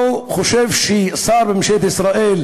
אני לא חושב ששר בממשלת ישראל,